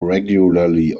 regularly